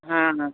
हाँ हाँ